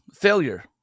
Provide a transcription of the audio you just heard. failure